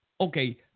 Okay